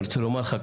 אני רוצה לומר לך,